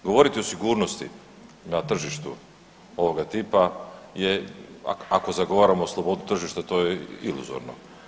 Govoriti o sigurnosti na tržištu ovoga tipa je ako zagovaramo slobodu tržišta to je iluzorno.